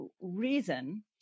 reason